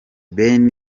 ben